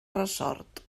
ressort